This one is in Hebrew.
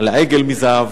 על עגל מזהב,